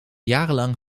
jarenlang